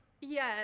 Yes